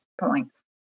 points